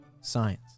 Science